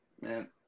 man